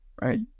right